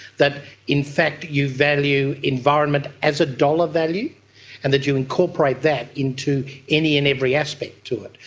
that in fact you value environment as a dollar value and that you incorporate that into any and every aspect to it.